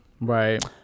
Right